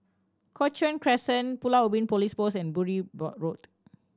Cochrane Crescent Pulau Ubin Police Post and Bury Road